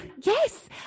Yes